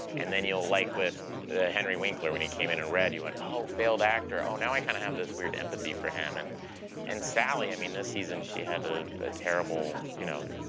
and then, like with henry winkler, when he came in and read, he went, oh, failed actor. oh, now i kind of have this weird empathy for him. and and sally, i mean, this season she had a ah terrible you know,